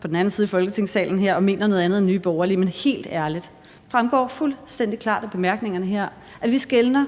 på den anden side her i Folketingssalen og mener noget andet end Nye Borgerlige. Men helt ærligt, det fremgår fuldstændig klart af bemærkningerne her, at vi skelner